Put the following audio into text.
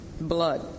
blood